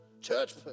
church